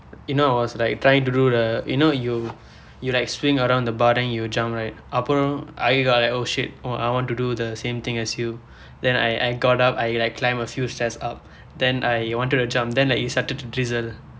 you know I was like trying to do the you know you you like swing around the bar then you jump right அப்புறம்:appuram like oh shit I want to do the same thing as you then I I got up I like climb a few stairs up then I wanted to jump then like it started to drizzle